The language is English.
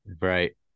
Right